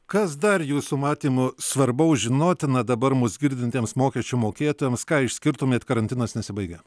kas dar jūsų matymu svarbaus žinotina dabar mus girdintiems mokesčių mokėtojams ką išskirtumėt karantinas nesibaigė